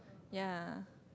ya